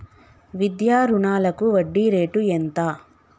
విద్యా రుణాలకు వడ్డీ రేటు ఎంత?